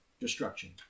destruction